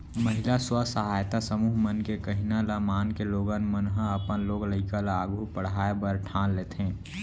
महिला स्व सहायता समूह मन के कहिना ल मानके लोगन मन ह अपन लोग लइका ल आघू पढ़ाय बर ठान लेथें